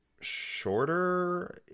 shorter